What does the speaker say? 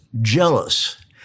Jealous